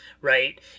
right